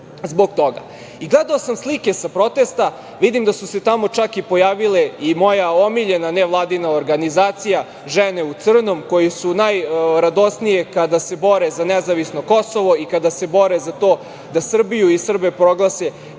zbog toga. Gledao sam slike sa protesta. Vidim da se tamo čak pojavila i moja omiljena nevladina organizacija „Žene u crnom“ koje su najradosnije kada se bore za nezavisno Kosovo i kada se bore za to da Srbiju i Srbe proglase